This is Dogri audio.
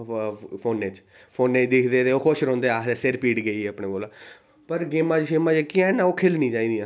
फोनै च फोनै ई दिक्खदे ते ओह् खुश रौहंदे ते ओह् आक्खदे सिर पीड़ गेऐ अपने कोला पर गेमां डउओशआए़ केह् ओह् खेल्लनी चाही दियां